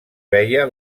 veia